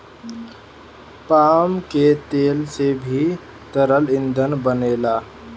palm के तेल से भी तरल ईंधन बनेला